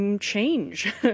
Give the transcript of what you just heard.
change